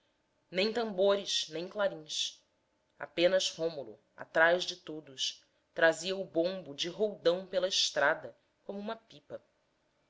nem tambores nem clarins apenas rômulo atrás de todos trazia o bombo de roldão pela estrada como uma pipa